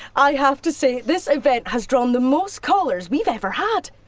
i have to say, this event has drawn the most callers we've ever had,